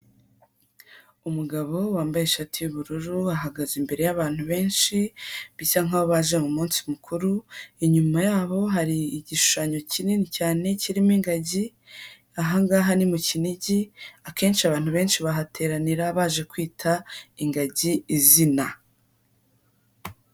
Umugabo wambaye ishati y’ubururu ahagaze imbere y'abantu benshi bisa nk’abaje mu munsi mukuru, inyuma yabo hari igishushanyo kinini cyane kirimo ingagi. Aha ngaha ni mu Kinigi akenshi abantu benshi bahateranira baje kwita ingagi izina.